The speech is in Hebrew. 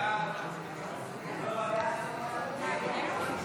כהצעת הוועדה, נתקבל.